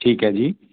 ਠੀਕ ਹੈ ਜੀ